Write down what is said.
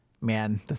man